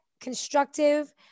constructive